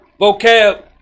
vocab